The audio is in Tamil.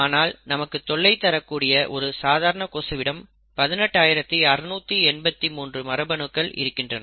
ஆனால் நமக்கு தொல்லை தர கூடிய ஒரு சாதாரண கொசுவிடம் 18683 மரபணுக்கள் இருக்கின்றன